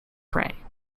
prey